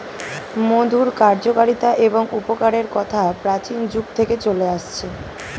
মধুর কার্যকারিতা এবং উপকারের কথা প্রাচীন যুগ থেকে চলে আসছে